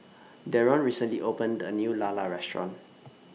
Deron recently opened A New Lala Restaurant